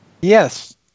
Yes